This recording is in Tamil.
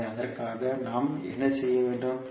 எனவே அதற்காக நாம் என்ன செய்ய வேண்டும்